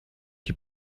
qui